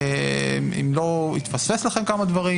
האם לא התפספסו לכם דברים?